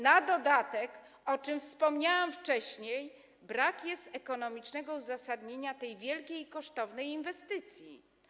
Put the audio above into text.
Na dodatek, o czym wspomniałam wcześniej, brak jest ekonomicznego uzasadnienia tej wielkiej i kosztownej inwestycji.